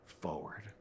forward